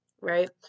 right